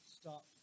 stop